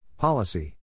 Policy